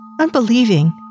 unbelieving